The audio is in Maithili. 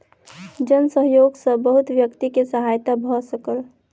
जन सहयोग सॅ बहुत व्यक्ति के सहायता भ सकल